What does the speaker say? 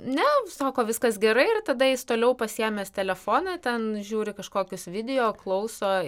ne sako viskas gerai ir tada jis toliau pasiėmęs telefoną ten žiūri kažkokius video klauso